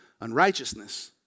unrighteousness